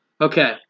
Okay